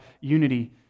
unity